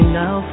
now